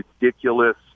ridiculous